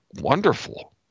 wonderful